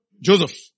Joseph